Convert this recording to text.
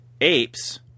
Apes